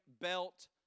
belt